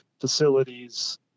facilities